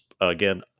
again